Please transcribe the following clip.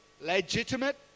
legitimate